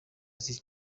z’iki